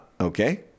Okay